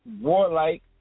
warlike